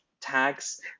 tags